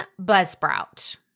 Buzzsprout